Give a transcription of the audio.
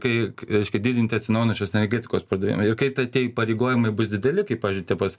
kai reiškia didinti atsinaujinančios energetikos pardavimai ir kai tai tie įpareigojimai bus dideli kaip pavyzdžiui tie bos